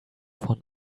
von